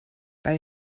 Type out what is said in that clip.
bei